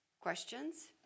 Questions